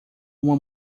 uma